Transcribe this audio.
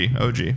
OG